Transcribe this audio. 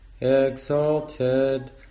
exalted